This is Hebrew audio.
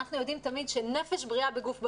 אנחנו יודעים תמיד שנפש בריאה בגוף בריא,